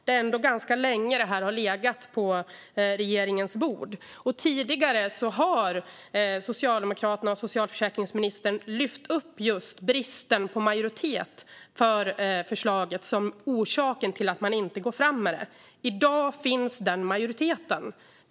Förslaget har legat länge på regeringens bord. Socialdemokraterna och socialförsäkringsministern har tidigare lyft upp just bristen på majoritet för förslaget som orsaken till att man inte går fram med det. I dag finns den majoriteten.